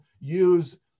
use